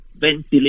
ventilation